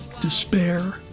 despair